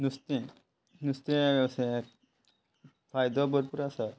नुस्तें नुस्तें ह्या वेवसायाक फायदो भरपूर आसा